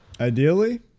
Ideally